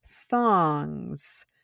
thongs